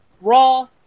raw